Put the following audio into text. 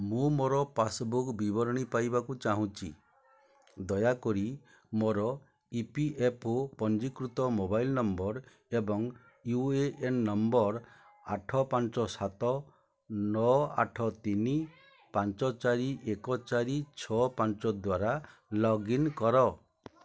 ମୁଁ ମୋର ପାସ୍ବୁକ ବିବରଣୀ ପାଇବାକୁ ଚାହୁଁଛି ଦୟାକରି ମୋର ଇପିଏଫ୍ଓ ପଞ୍ଜୀକୃତ ମୋବାଇଲ ନମ୍ବର ଏବଂ ୟୁଏଏନ ନମ୍ବର ଆଠ ପାଞ୍ଚ ସାତ ନଅ ଆଠ ତିନି ପାଞ୍ଚ ଚାରି ଏକ ଚାରି ଛଅ ପାଞ୍ଚ ଦ୍ଵାରା ଲଗ୍ଇନ କର